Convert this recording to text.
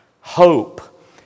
hope